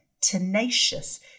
tenacious